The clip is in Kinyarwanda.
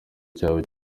cyabo